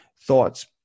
thoughts